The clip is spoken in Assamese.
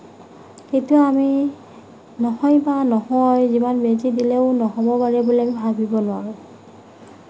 সেইটো আমি নহয় বা নহয় যিমান বেজি দিলেও নহ'ব পাৰে বুলি আমি ভাবিব নোৱাৰোঁ